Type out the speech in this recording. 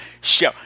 show